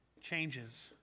changes